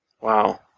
Wow